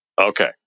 Okay